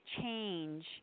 change